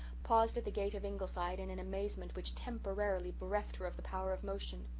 paused at the gate of ingleside in an amazement which temporarily bereft her of the power of motion.